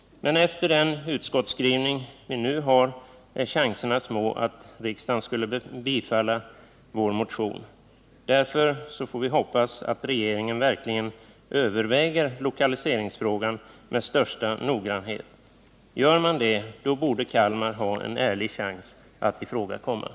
Men efter den utskottsskrivning vi nu har är chanserna små att riksdagen skulle bifalla vår motion. Därför får vi hoppas att regeringen verkligen överväger lokaliseringsfrågan med största noggrannhet. Gör man det, då borde Kalmar ha en ärlig chans att komma i fråga.